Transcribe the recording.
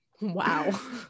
wow